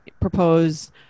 propose